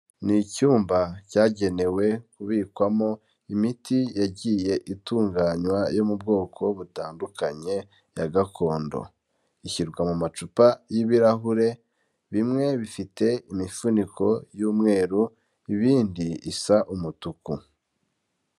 Ni icyumba cyagenewe kubikwamo imiti yagiye itunganywa yo mu bwoko butandukanye ya gakondo, ishyirwa mu macupa y'ibirahure, bimwe bifite imifuniko y'umweru ibindi isa umutuku.